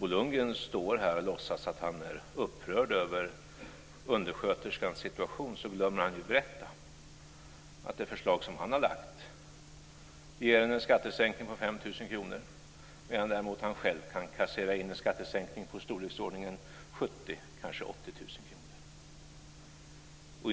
Bo Lundgren står här och låtsas att han är upprörd över undersköterskans situation. Men han glömmer att berätta att det förslag som han har lagt fram ger henne en skattesänkning på 5 000 kr. Han själv kan däremot kassera in en skattesänkning på i storleksordningen 70 000-80 000 kr.